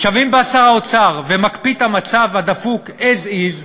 אם בא שר האוצר ומקפיא את המצב הדפוק as is,